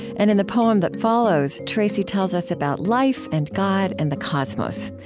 and in the poem that follows, tracy tells us about life and god and the cosmos.